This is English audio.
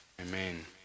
amen